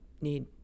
need